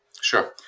Sure